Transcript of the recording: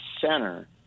center